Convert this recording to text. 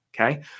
Okay